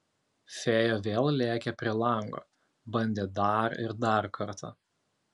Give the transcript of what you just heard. fėja vėl lėkė prie lango bandė dar ir dar kartą